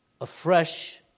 afresh